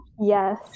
Yes